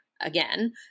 Again